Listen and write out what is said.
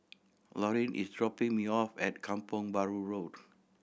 Laurine is dropping me off at Kampong Bahru Road